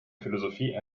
philosophie